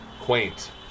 quaint